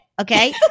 okay